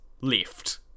left